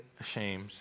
ashamed